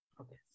Okay